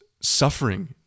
suffering